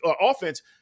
offense